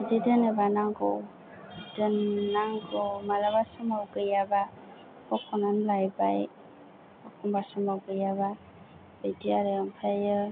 बिदि दोनोबा नांगौ दोन्नांगौ मालाबा समाव गैयाबा बख'नानै लायबाय एखमबा समाव गैयाबा बिदि आरो ओमफ्रायो